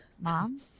mom